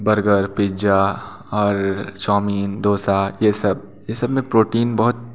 burger pizza और chowmein dosa ये सब ये सब में प्रोटीन